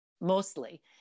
mostly